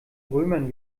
römern